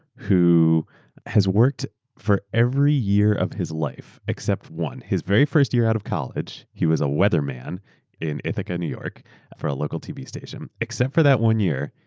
who has worked for every year of his life except one, his very first year out of college. he was a weatherman in ithaca, new york for a local tv station. except for that one year,